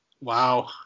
wow